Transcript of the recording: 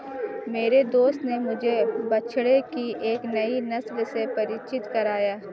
मेरे दोस्त ने मुझे बछड़े की एक नई नस्ल से परिचित कराया